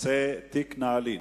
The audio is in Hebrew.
בנושא תיק נעלין.